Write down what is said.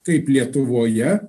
kaip lietuvoje